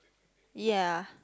ya